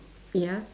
ya